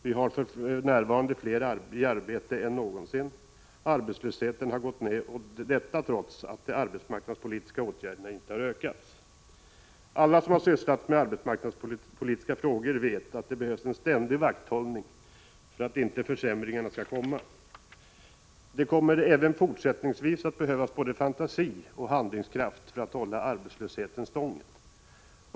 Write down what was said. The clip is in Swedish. Vi har för närvarande fler i arbete än någonsin. Arbetslösheten har gått ned, detta trots att de arbetsmarknadspolitiska åtgärderna inte har ökats. Alla som har sysslat med arbetsmarknadspolitiska frågor vet att det behövs en ständig vakthållning för att inte försämringar skall komma. Det kommer även fortsättningsvis att behövas både fantasi och handlingskraft för att hålla arbetslösheten stången.